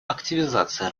активизации